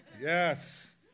Yes